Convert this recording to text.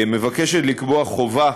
מבקשת לקבוע חובה